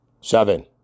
Seven